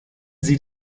sie